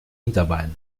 hinterbeine